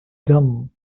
done